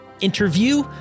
interview